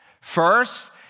First